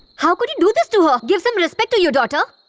how could you do this to her? give some respect to your daughter.